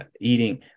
eating